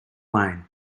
line